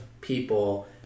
people